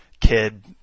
kid